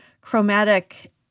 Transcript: chromatic